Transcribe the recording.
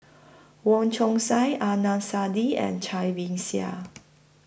Wong Chong Sai Adnan Saidi and Cai Bixia